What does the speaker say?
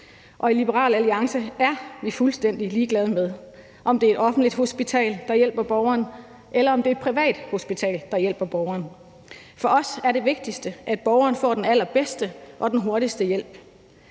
Og i Liberal Alliance er vi fuldstændig ligeglade med, om det er et offentligt hospital, der hjælper borgeren, eller om det er et privathospital, der hjælper borgeren. For os er det vigtigste, at borgeren får den allerbedste og den hurtigste hjælp.